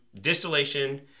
distillation